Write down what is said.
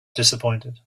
disappointed